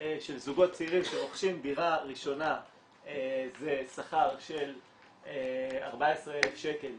של זוגות צעירים שרוכשים דירה ראשונה זה שכר של 14,000 שקל